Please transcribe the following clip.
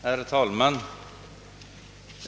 Herr talman!